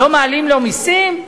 לא מעלים לו מסים?